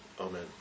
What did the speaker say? Amen